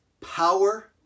power